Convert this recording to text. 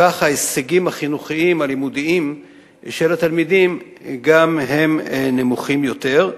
כך ההישגים החינוכיים והלימודיים של התלמידים גם הם נמוכים יותר.